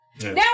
Now